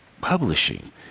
publishing